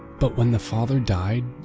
but when the father died,